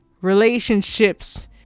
relationships